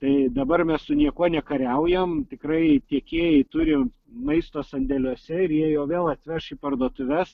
tai dabar mes su niekuo nekariaujam tikrai tiekėjai turi maisto sandėliuose ir jie jo vėl atveš į parduotuves